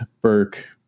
Burke